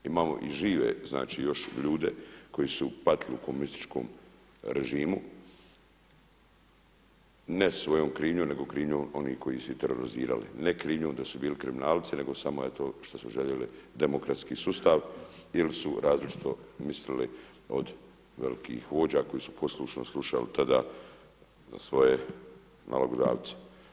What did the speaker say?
Imamo i žive, znači još ljude koji su patili u komunističkom režimu ne svojom krivnjom nego krivnjom onih koji su ih terorizirali, ne krivnjom da su bili kriminalci, nego samo eto što su željeli demokratski sustav ili su različito mislili od velikih vođa koji su poslušno slušali tada svoje nalogodavce.